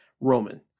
Roman